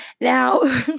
Now